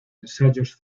ensayos